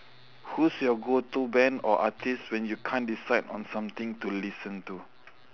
whose your go-to band or artist when you can't decide on something to listen to